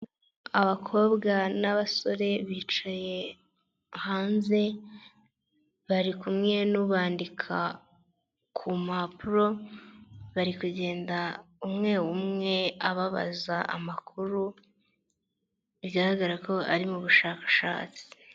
Abakobwa n'abasore bicaye hanze, bari kumwe n'ubandika ku mpapuro, bari kugenda umwe umwe ababaza amakuru, bigaragara ko ari mu bushakashatsi.